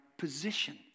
position